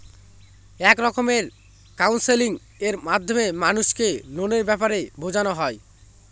এক রকমের কাউন্সেলিং এর মাধ্যমে মানুষকে লোনের ব্যাপারে বোঝানো হয়